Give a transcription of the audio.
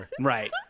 Right